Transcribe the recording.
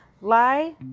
lie